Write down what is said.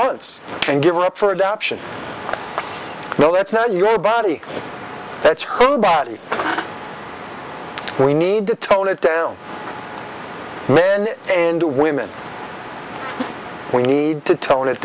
months and give it up for adoption no that's now your body that's her body we need to tone it down men and women we need to tone it